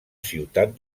ciutat